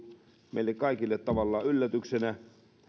meille kaikille tavallaan yllätyksenä